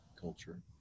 culture